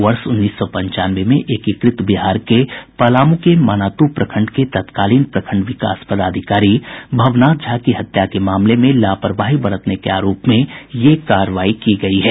वर्ष उन्नीस सौ पंचानवे में एकीकृत बिहार के पलामू के मनातू प्रखंड के तत्कालीन प्रखंड विकास पदाधिकारी भवनाथ झा की हत्या के मामले में लापरवाही बरतने के आरोप में यह कार्रवाई की गयी है